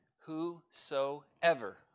whosoever